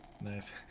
nice